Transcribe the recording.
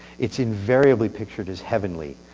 it's invariably pictured as heavenly.